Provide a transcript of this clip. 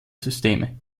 systeme